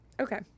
Okay